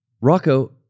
Rocco